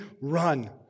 run